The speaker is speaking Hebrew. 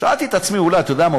שאלתי את עצמי: אתה יודע מה?